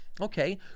okay